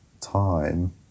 time